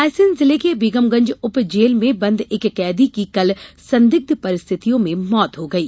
रायसेन जिले के बेगमगंज उप जेल में बंद एक कैदी की कल संदिग्ध परिस्थितियों में मौत हो गयी